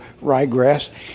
ryegrass